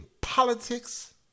politics